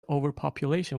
overpopulation